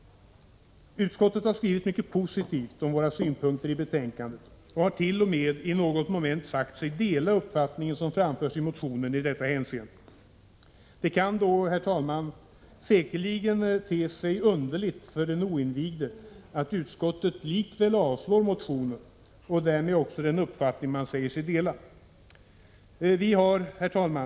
Utskottet har skrivit mycket positivt om våra synpunkter i betänkandet och hart.o.m. i något moment sagt sig dela den uppfattning som framförs i motionen i detta hänseende. Det kan då, herr talman, säkerligen te sig underligt för den oinvigde att utskottet likväl avstyrker motionen och därmed också den uppfattning man säger sig dela. Herr talman!